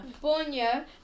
Borneo